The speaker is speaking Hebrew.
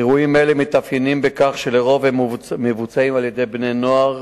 אירועים אלה מתאפיינים בכך שלרוב הם מבוצעים על-ידי בני-נוער,